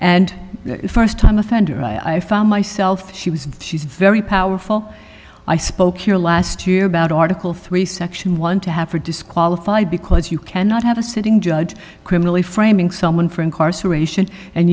and the first time offender i found myself she was she's very powerful i spoke here last year about article three section one to have her disqualified because you cannot have a sitting judge criminally framing someone for incarceration and